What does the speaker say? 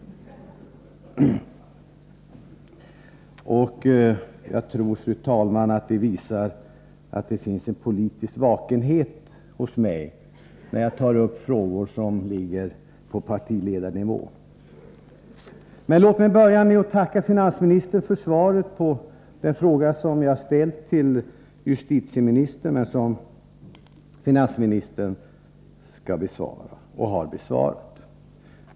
Jag tror, fru talman, att det visar att det finns en politisk vakenhet hos mig, när jag tar upp frågor som ligger på partiledarnivå. Låt mig börja med att tacka finansministern för svaret på den fråga som jag ställt till justitieministern men som finansministern har besvarat.